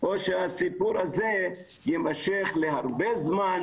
או שהסיפור הזה יימשך לעוד הרבה זמן,